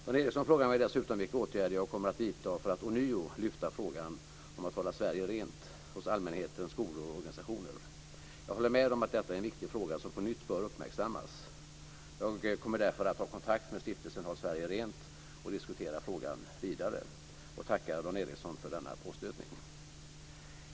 Dan Ericsson frågar mig dessutom vilka åtgärder jag kommer att vidta för att ånyo lyfta frågan om att hålla Sverige rent hos allmänheten, skolor och organisationer. Jag håller med om att detta är en viktig fråga som på nytt bör uppmärksammas. Jag kommer därför att ta kontakt med Stiftelsen Håll Sverige Rent och diskutera frågan vidare. Jag tackar Dan Ericsson för denna påstötning.